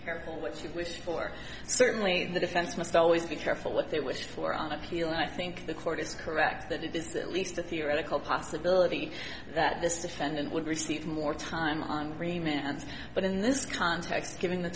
bearable what you wish for certainly the defense must always be careful what they wish for on appeal i think the court is correct that it is at least a theoretical possibility that this defendant would receive more time on three minutes but in this context given the